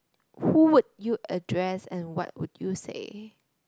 who would you address and what would you say